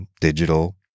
digital